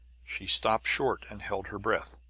she stopped short and held her breath.